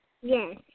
Yes